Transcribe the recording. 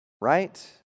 right